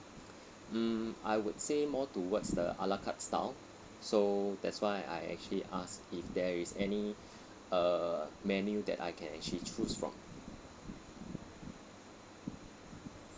mm I would say more towards the ala carte style so that's why I actually ask if there is any uh menu that I can actually choose from